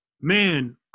Man